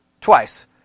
Twice